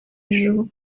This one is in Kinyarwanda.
hejuru